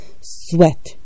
Sweat